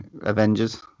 avengers